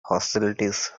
hostilities